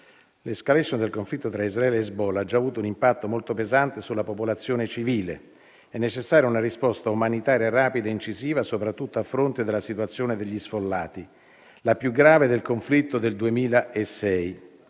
L'*escalation* del conflitto tra Israele e Hezbollah ha già avuto un impatto molto pesante sulla popolazione civile. È necessaria una risposta umanitaria rapida e incisiva, soprattutto a fronte della situazione degli sfollati, la più grave dal conflitto del 2006.